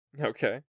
Okay